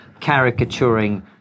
caricaturing